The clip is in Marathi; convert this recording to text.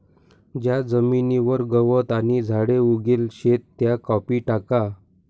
ज्या जमीनवर गवत आणि झाडे उगेल शेत त्या कापी टाका